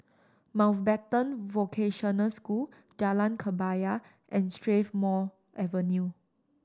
Mountbatten Vocational School Jalan Kebaya and Strathmore Avenue